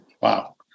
Wow